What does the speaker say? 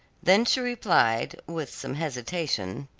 then she replied with some hesitation,